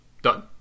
Done